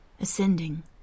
Ascending